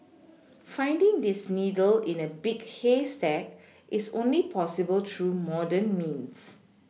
finding this needle in a big haystack is only possible through modern means